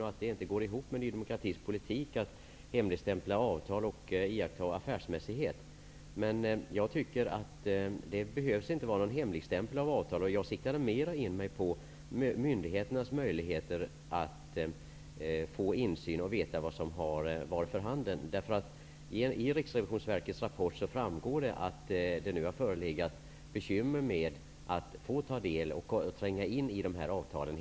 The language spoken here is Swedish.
Det skulle inte gå ihop med Ny demokratis politik att hemligstämpla avtal och att iaktta affärsmässighet. Jag tycker att det inte behöver vara fråga om hemligstämplande av avtal. Jag siktar in mig på myndigheternas möjligheter till insyn och att få veta vad som har varit för handen. I Riksrevisionsverkets rapport framkommer det att det har förelegat bekymmer med att helt få tillgång till avtalen.